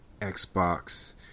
Xbox